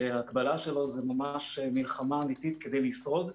שההקבלה שלו היא ממש מלחמה אמיתית כדי לשרוד.